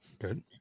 Good